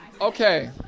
Okay